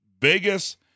Vegas